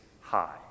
high